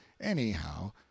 anyhow